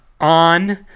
on